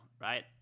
right